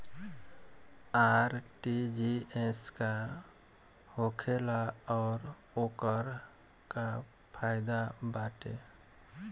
RTGS का होखेला और ओकर का फाइदा बाटे?